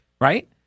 right